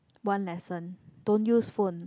one lesson don't use phone